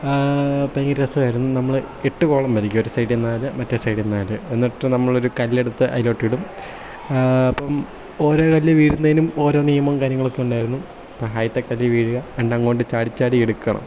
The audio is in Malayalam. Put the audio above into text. ഭയങ്കര രസമായിരുന്നു നമ്മൾ എട്ട് കോളം വരയ്ക്കും ഒരു സൈഡിൽ നാല് മറ്റേ സൈഡിൽ നാല് എന്നിട്ട് നമ്മൾ ഒരു കല്ലെടുത്ത് അതിലോട്ടിടും അപ്പം ഓരോ കല്ലും വീഴുന്നതിനും ഓരോ നിയമവും കാര്യങ്ങളൊക്കെ ഉണ്ടായിരുന്നു അണ്ടം കൊണ്ട് ചാടി ചാടി എടുക്കണം